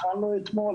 התחלנו אתמול,